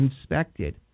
inspected